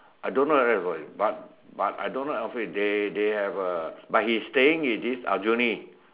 I don't know whether got it but but I don't like office they they have a but he staying in this Aljunied